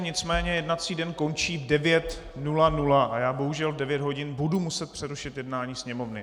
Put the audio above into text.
Nicméně jednací den končí v devět nula nula a já bohužel v devět budu muset přerušit jednání Sněmovny.